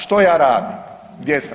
Što ja radim, gdje sam.